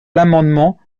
l’amendement